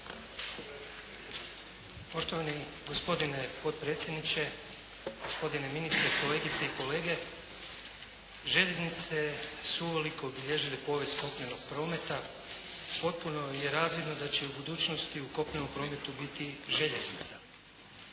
Poštovani gospodine potpredsjedniče, gospodine ministre, kolegice i kolege. Željeznice su uveliko obilježile povijest kopnenog prometa. Potpuno je razvidno da će u budućnosti u kopnenom prometu biti željeznica.